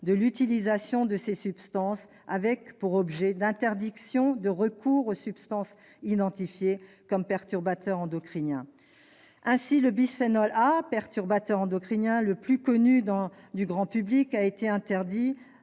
de l'utilisation de ces substances, avec pour objectif l'interdiction du recours aux substances identifiées comme perturbateurs endocriniens. Ainsi le bisphénol A, le perturbateur endocrinien le plus connu du grand public, a-t-il été interdit,